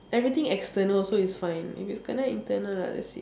everything external so it's fine if it's kena internal ah that's it